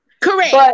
Correct